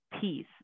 peace